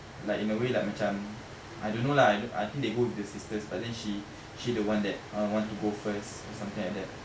like in a way macam I don't know lah I don't I think they with the sisters but then she she the one that uh want to go first or something like that